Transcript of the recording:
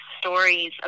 stories